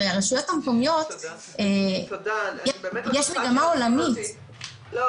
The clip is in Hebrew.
יש מגמה עולמית --- תודה.